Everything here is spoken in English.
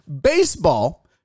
baseball